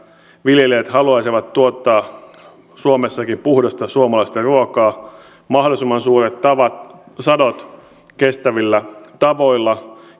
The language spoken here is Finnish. viljelijät haluaisivat tuottaa suomessakin puhdasta suomalaista ruokaa mahdollisimman suuret sadot kestävillä tavoilla